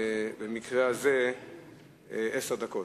יש לך במקרה הזה עשר דקות.